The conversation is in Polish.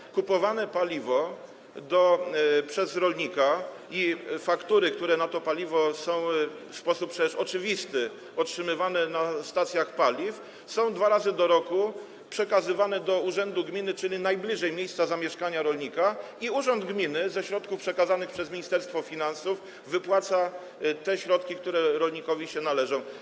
Jeśli chodzi o paliwo kupowane przez rolnika, to faktury, które na to paliwo są w sposób przecież oczywisty otrzymywane na stacjach paliw, są dwa razy do roku przekazywane do urzędu gminy, czyli najbliżej miejsca zamieszkania rolnika, i urząd gminy ze środków przekazanych przez Ministerstwo Finansów wypłaca te środki, które rolnikowi się należą.